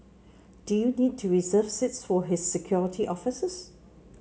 do you need to reserve seats for his security officers